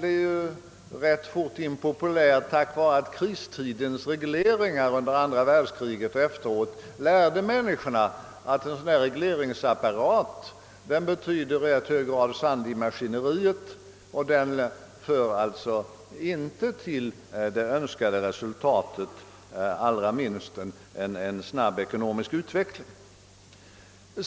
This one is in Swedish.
blev ganska fort impopulär på grund av kristidens regleringar under andra världskriget och efteråt, vilka lärde människorna att en sådan där regleringsapparat i hög grad betyder sand i maskineriet och alltså inte för till det önskade resultatet, allra minst till en snabb ekonomisk utveckling.